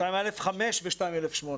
(2א5) ו-(2א8).